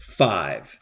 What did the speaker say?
five